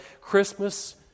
Christmas